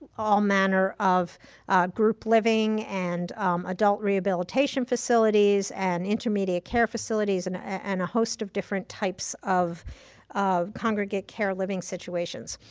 all manner of group living, and adult rehabilitation facilities, and intermediate care facilities, and and a host of different types of of congregate care living situations.